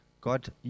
God